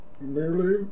merely